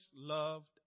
loved